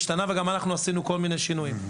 השתנה וגם אנחנו עשינו כל מיני שינויים.